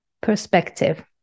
perspective